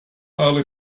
early